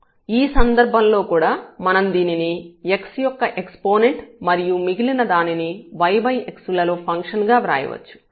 ఈ సందర్భంలో కూడా మనం దీనిని x యొక్క ఎక్సపోనెంట్ మరియు మిగిలిన దానిని yx లలో ఫంక్షన్ గా వ్రాయవచ్చు